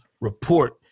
report